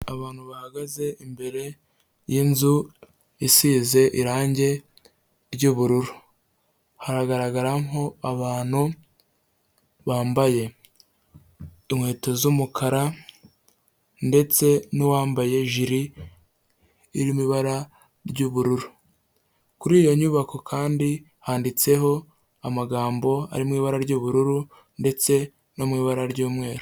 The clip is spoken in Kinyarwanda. Abantu bahagaze imbere yzu isize irangi ry'ubururu, hagaragaramo abantu bambaye inkweto z'umukara, ndetse n'uwambaye jiri irimo ibara ry'ubururu. Kuri iyo nyubako kandi handitseho amagambo arimo ibara ry'ubururu ndetse no mubara ry'umweru.